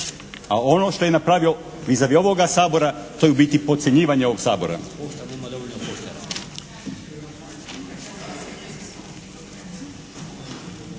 A ono što je napravio vis a vis ovoga Sabora to je u biti podcjenjivanje ovoga Sabora.